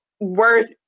worth